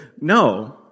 No